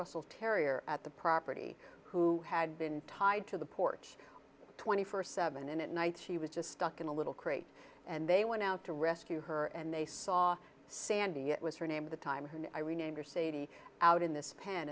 russell terrier at the property who had been tied to the porch twenty first seven at night she was just stuck in a little crate and they went out to rescue her and they saw sandy it was her name of the time when i remember saidee out in this pen